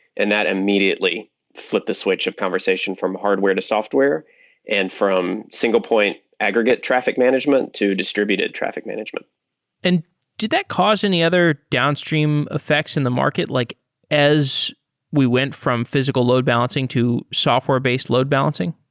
and that immediately flipped the switch of conversation from hardware to software and from single point aggregate traffic management to distributed traffic management and did that cause any other downstream effects in the market, like as we went from physical load balancing to software-based load balancing?